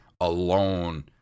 alone